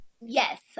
Yes